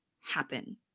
happen